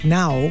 now